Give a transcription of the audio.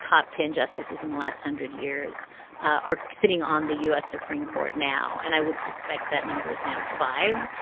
top ten justices in the last hundred years are sitting on the u supreme court now. and i would suspect that number is now five.